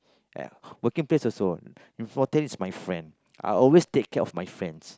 ya working place also important is my friend I always take care of my friends